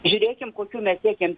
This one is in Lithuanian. žiūrėkim kokių mes siekiam